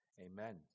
amen